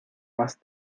más